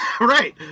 Right